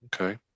Okay